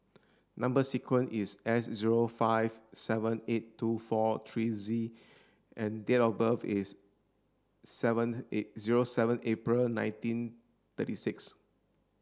number sequence is S zero five seven eight two four three Z and date of birth is seven zero seven April nineteen thirty six